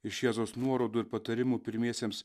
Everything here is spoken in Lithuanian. iš jėzaus nuorodų ir patarimų pirmiesiems